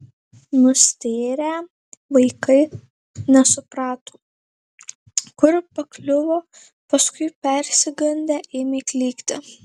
nustėrę vaikai nesuprato kur pakliuvo paskui persigandę ėmė klykti